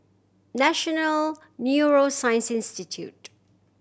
National Neuroscience Institute